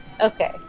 Okay